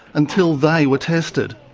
until they were tested.